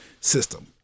system